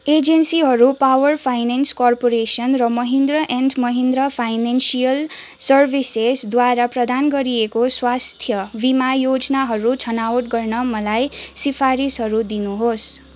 एजेन्सीहरू power finance corporation र Mahindra and Mahindra financial सर्भिसेसद्वारा प्रदान गरिएको स्वास्थ्य बिमा योजनाहरू छनौट गर्न मलाई सिफारिसहरू दिनुहोस्